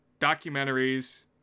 documentaries